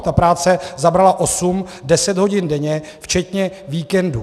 Ta práce zabrala osm deset hodin denně včetně víkendů.